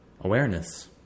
awareness